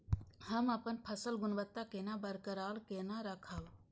हम अपन फसल गुणवत्ता केना बरकरार केना राखब?